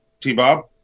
T-Bob